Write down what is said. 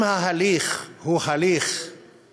אם ההליך הוא של רוב,